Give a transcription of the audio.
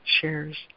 shares